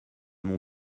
mon